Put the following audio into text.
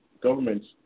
governments